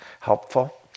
helpful